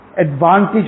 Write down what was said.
advantage